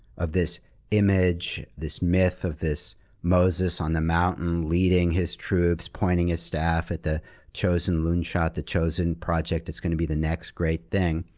of this image, this myth of this moses on the mountain, leading his troops, pointing a staff at the chosen loonshot, the chosen project that's going to be the next great thing,